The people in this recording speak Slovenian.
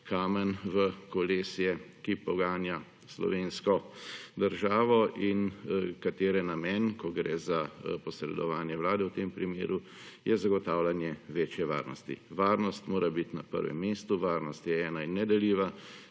kamen v kolesje, ki poganja slovensko državo in katere namen, ko gre za posredovanje Vlade v tem primer je zagotavljanje večje varnosti. Varnost mora biti na enem mestu, varnost je ena in nedeljiva.